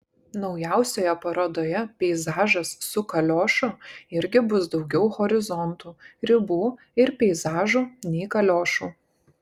naujausioje parodoje peizažas su kaliošu irgi bus daugiau horizontų ribų ir peizažų nei kaliošų